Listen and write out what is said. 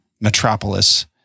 Metropolis